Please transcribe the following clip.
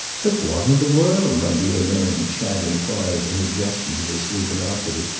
but what in the world, my dear man, chad enquired in objection to this luminosity,